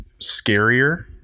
scarier